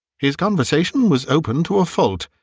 his conversation was open to a fault.